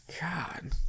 God